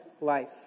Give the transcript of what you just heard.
life